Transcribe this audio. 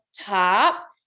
top